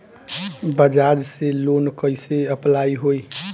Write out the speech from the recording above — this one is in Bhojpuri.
बज़ाज़ से लोन कइसे अप्लाई होई?